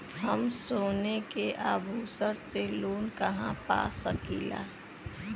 हम सोने के आभूषण से लोन कहा पा सकीला?